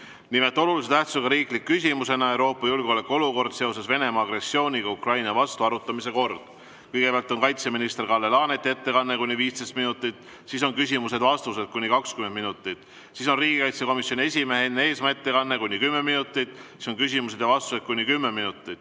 Nimelt, olulise tähtsusega riikliku küsimuse "Euroopa julgeolekuolukord seoses Venemaa agressiooniga Ukraina vastu" arutamise kord. Kõigepealt on kaitseminister Kalle Laaneti ettekanne, kuni 15 minutit, ning siis on küsimused ja vastused, kuni 20 minutit. Seejärel on riigikaitsekomisjoni esimehe Enn Eesmaa ettekanne, kuni 10 minutit, ning siis jälle küsimused ja vastused, kuni 10 minutit.